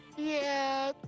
yeah.